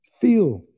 feel